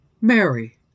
Mary